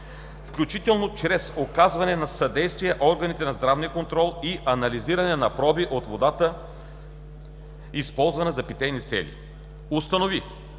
включително чрез оказване на съдействие на органите на здравния контрол и анализиране на проби от водата, използвана за питейни цели; - установи,